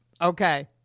Okay